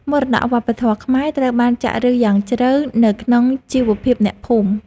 មរតកវប្បធម៌ខ្មែរត្រូវបានចាក់ឫសយ៉ាងជ្រៅនៅក្នុងជីវភាពអ្នកភូមិ។